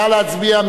נא להצביע.